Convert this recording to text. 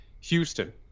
Houston